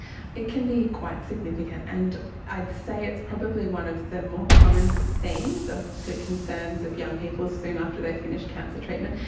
it can be quite significant, and i'd say it's probably one of the more common themes of the concerns of young people soon after they finish cancer treatment.